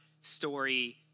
story